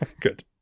Good